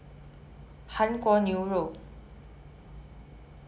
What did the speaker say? but okay